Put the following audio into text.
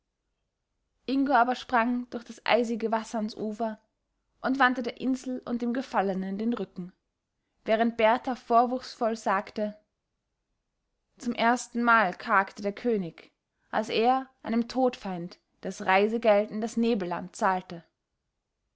ingo aber sprang durch das eisige wasser ans ufer und wandte der insel und dem gefallenen den rücken während berthar vorwurfsvoll sagte zum erstenmal kargte der könig als er einem todfeind das reisegeld in das nebelland zahlte